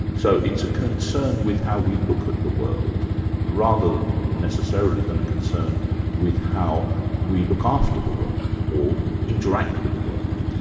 so it's a concern with how we look at the world rather, necessarily, than a concern with how we look after the world or interact with the world.